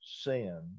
sin